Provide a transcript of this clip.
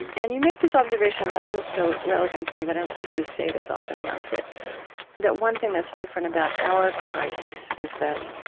and you make this observation that also feels so relevant to me, but i don't think we say this often enough that that one thing that's different about our crisis is that,